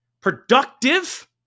productive